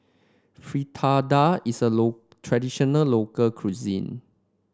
Fritada is a traditional local cuisine